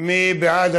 בעד?